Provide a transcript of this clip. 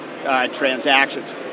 transactions